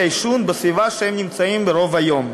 העישון בסביבה שהם נמצאים בה רוב היום,